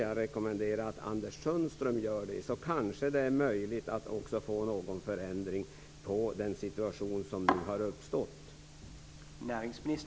Jag rekommenderar Anders Sundström att göra så, och kanske kan det bli en förändring på den situation som nu har uppstått.